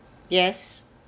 yes